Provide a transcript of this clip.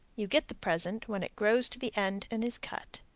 you get the present when it grows to the end and is cut.